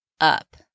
up